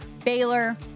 Baylor